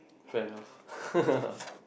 fair enough